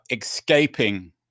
escaping